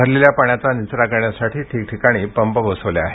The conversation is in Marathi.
भरलेल्या पाण्याचा निचरा करण्यासाठी ठिकठिकाणी पंप बसविले आहेत